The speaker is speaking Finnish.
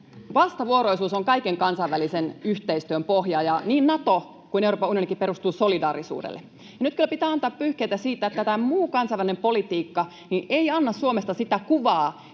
Vastavuoroisuus on kaiken kansainvälisen yhteistyön pohja, ja niin Nato kuin Euroopan unionikin perustuu solidaarisuudelle. Nyt kyllä pitää antaa pyyhkeitä siitä, että muu kansainvälinen politiikka ei anna Suomesta sitä kuvaa,